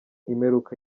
imperuka